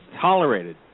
tolerated